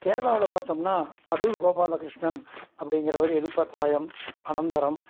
கேரளாவில் பார்த்தோம்னா அடூர் கோபாலகிருஷ்ணன் அப்படிங்கிறவர் எலிப்பாத்தாயம் அனந்தரம்